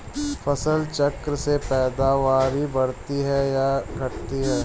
फसल चक्र से पैदावारी बढ़ती है या घटती है?